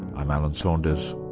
i'm alan saunders,